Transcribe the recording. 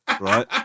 right